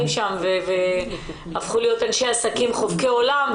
שם והפכו להיות אנשי עסקים חובקי עולם,